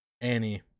Annie